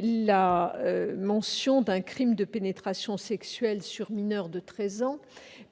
la mention d'un crime de pénétration sexuelle sur mineur de treize ans.